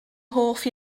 hoff